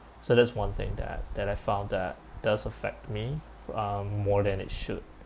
so that's one thing that that I found that does affect me um more than it should